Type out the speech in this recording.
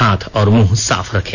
हाथ और मुंह साफ रखें